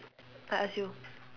I ask you